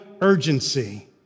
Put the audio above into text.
urgency